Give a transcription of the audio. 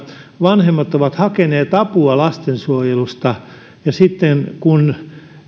vanhemmat ovat hakeneet apua lastensuojelusta ja sitten kun